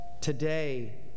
Today